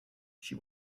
she